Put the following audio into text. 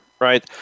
right